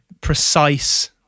precise